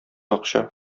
акча